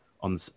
on